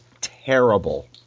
terrible